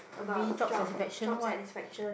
about job job satisfaction